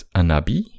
Anabi